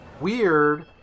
weird